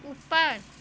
ऊपर